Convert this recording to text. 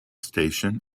station